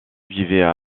vivaient